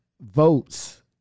votes